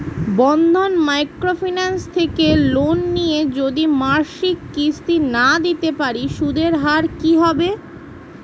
বন্ধন micro finance থেকে loan নিয়ে যদি মাসিক কিস্তি না দিতে পারি সুদের হার কি হবে?